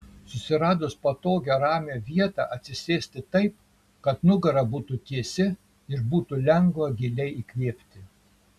susiradus patogią ramią vietą atsisėsti taip kad nugara būtų tiesi ir būtų lengva giliai įkvėpti